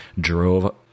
drove